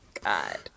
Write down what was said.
god